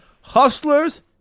Hustlers